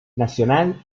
nacional